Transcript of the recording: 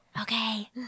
Okay